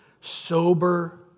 sober